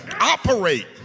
operate